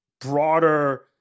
broader